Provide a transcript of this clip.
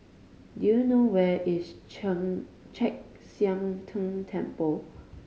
do you know where is Chen Chek Sian Tng Temple